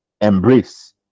embrace